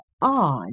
on